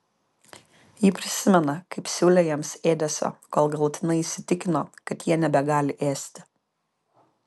ji prisimena kaip siūlė jiems ėdesio kol galutinai įsitikino kad jie nebegali ėsti